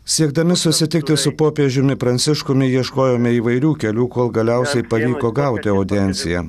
siekdami susitikti su popiežiumi pranciškumi ieškojome įvairių kelių kol galiausiai pavyko gauti audienciją